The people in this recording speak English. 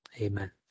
amen